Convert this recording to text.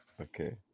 Okay